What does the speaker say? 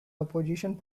opposition